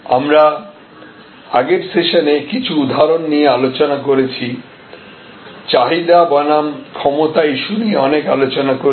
আমরা আগের সেশানে কিছু উদাহরন নিয়ে আলোচনা করেছি চাহিদা বনাম ক্ষমতা ইস্যু নিয়ে অনেক আলোচনা করেছি